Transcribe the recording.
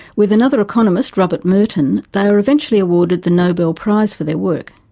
with another economist, robert merton, they were eventually awarded the nobel prize for their work.